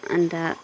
अन्त